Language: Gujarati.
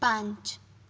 પાંચ